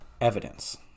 evidence